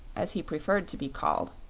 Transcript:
as he preferred to be called.